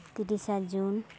ᱛᱤᱨᱤᱥᱟ ᱡᱩᱱ